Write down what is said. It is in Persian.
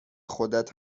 خودت